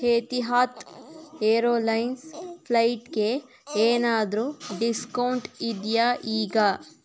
Etihad airlines ಫ್ಲೈಟ್ಗೆ ಏನಾದರೂ discount ಇದೆಯಾ ಈಗ